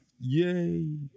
Yay